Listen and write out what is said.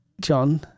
John